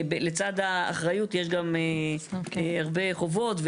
לצד האחריות יש גם הרבה חובות.